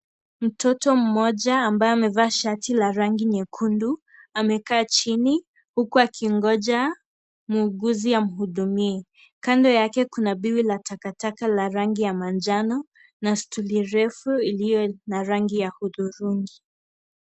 Mtoto mmoja ambaye amevaa shati la rangi nyekundu, amekaa chini huku akingoja muuguzi amhudumie. Kando yake kuna biwi la takataka la rangi ya manjano, na stuli refu iliyo na rangi ya hudhurungi.